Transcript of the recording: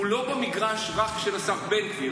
והוא לא רק במגרש של השר בן גביר,